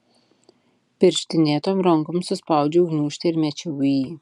pirštinėtom rankom suspaudžiau gniūžtę ir mečiau į jį